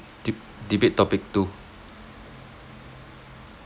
de~ debate topic two